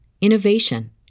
innovation